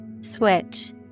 Switch